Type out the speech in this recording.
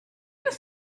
gonna